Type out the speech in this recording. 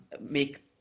make